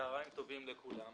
צוהריים טובים לכולם.